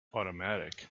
automatic